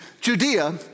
Judea